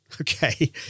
Okay